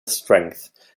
strength